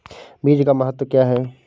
बीज का महत्व क्या है?